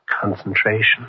Concentration